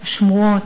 השמועות,